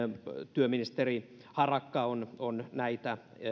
työministeri harakka on on näitä